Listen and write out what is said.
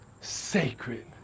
sacred